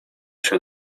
się